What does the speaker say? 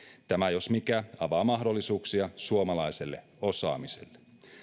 tämä jos mikä avaa mahdollisuuksia suomalaiselle osaamiselle